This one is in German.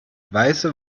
weiße